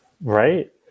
Right